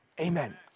Amen